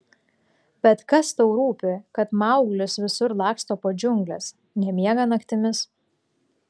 bet kas tau rūpi kad mauglis visur laksto po džiungles nemiega naktimis